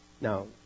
Now